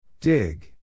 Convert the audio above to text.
Dig